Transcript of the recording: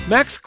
Max